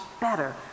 better